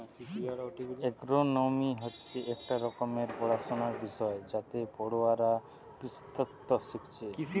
agronomy হচ্ছে একটা রকমের পড়াশুনার বিষয় যাতে পড়ুয়ারা কৃষিতত্ত্ব শিখছে